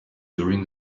during